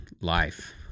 life